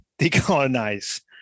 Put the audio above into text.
decolonize